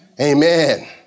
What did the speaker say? Amen